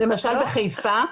למשל בחיפה,